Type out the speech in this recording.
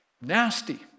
nasty